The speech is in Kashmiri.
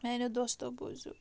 میانیٚو دوستو بوٗزِو